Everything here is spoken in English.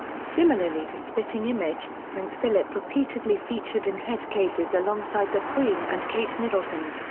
similarly to spitting image, prince philip repeatedly featured in headcases alongside the queen and kate middleton.